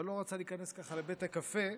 אבל לא רצה להיכנס ככה לבית הקפה,